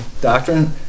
doctrine